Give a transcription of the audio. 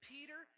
Peter